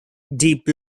deep